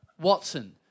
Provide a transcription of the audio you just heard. Watson